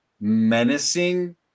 Menacing